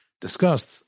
discussed